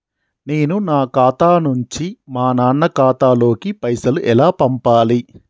నేను నా ఖాతా నుంచి మా నాన్న ఖాతా లోకి పైసలు ఎలా పంపాలి?